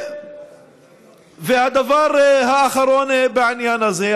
הדבר האחרון בעניין הזה,